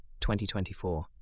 2024